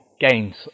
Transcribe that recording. gains